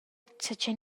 zatgei